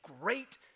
great